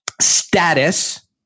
status